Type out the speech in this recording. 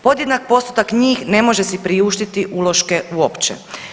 Podjednak postotak njih ne može si priuštiti uloške uopće.